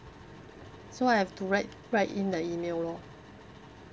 so I have to write write in the email lor